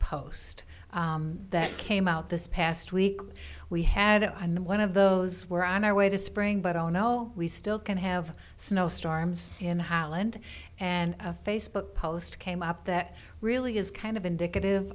post that came out this past week we had it on one of those we're on our way to spring but oh no we still can have snow storms in holland and a facebook post came up that really is kind of indicative